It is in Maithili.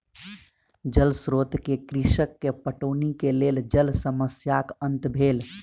जल स्रोत से कृषक के पटौनी के लेल जल समस्याक अंत भेल